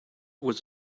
was